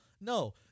no